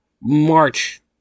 march